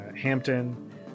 Hampton